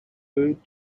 third